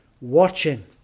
watching